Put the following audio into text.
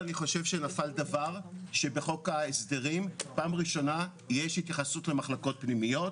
ואני חושב שיש מקום להסתכל על הפנימיות